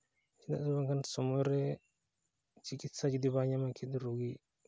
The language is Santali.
ᱪᱮᱫᱟᱜ ᱥᱮ ᱵᱟᱝᱠᱷᱟᱱ ᱥᱚᱢᱚᱭ ᱨᱮ ᱪᱤᱠᱤᱛᱥᱟ ᱡᱩᱫᱤ ᱵᱟᱝ ᱧᱟᱢᱚᱜᱼᱟ ᱠᱤᱱᱛᱩ ᱨᱳᱜᱤ